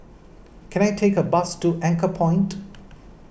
can I take a bus to Anchorpoint